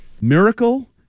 Miracle